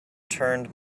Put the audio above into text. turned